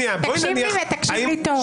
תקשיב לי ותקשיב לי טוב.